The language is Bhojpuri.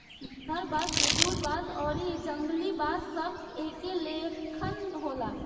नर बांस, वेदुर बांस आउरी जंगली बांस सब एके लेखन होला